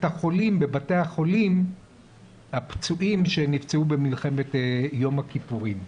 החולים בבתי החולים הפצועים שנפצעו במלחמת יום הכיפורים.